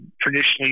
traditionally